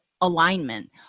Alignment